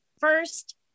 First